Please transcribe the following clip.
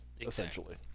essentially